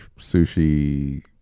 sushi